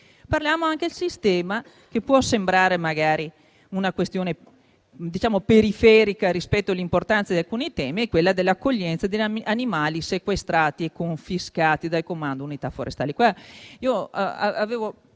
ma anche di quella che può sembrare una questione periferica rispetto all'importanza di altri temi, che è l'accoglienza degli animali sequestrati e confiscati dal Comando unità forestali.